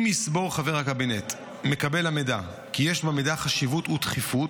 אם יסבור חבר הקבינט מקבל המידע כי יש במידע חשיבות ודחיפות,